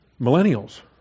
Millennials